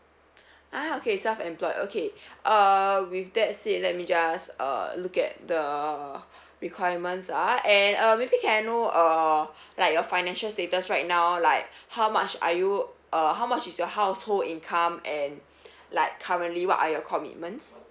ah okay self employed okay uh with that said let me just uh look at the requirements ah and uh maybe can I know uh like your financial status right now like how much are you uh how much is your household income and like currently what are your commitments